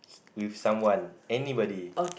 with someone anybody